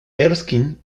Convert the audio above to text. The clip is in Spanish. erskine